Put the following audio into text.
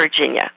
Virginia